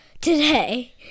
today